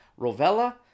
Rovella